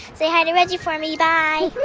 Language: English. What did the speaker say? say hi to reggie for me. bye